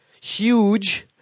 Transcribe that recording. huge